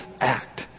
act